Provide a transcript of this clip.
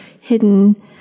hidden